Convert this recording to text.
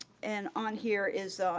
and on here is,